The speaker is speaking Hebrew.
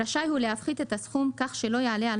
רשאי הוא להפחית את הסכום כך שלא יעלה על